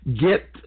get